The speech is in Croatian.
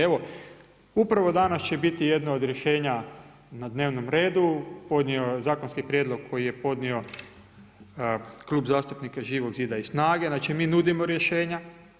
Evo, upravo danas će biti jedna od rješenja na dnevnom redu, zakonski prijedlog koji je podnio Klub zastupnika Živog zida i SNAGA-e, znači mi nudimo rješenja.